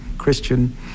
christian